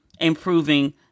improving